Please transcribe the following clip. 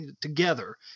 together